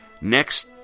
Next